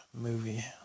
movie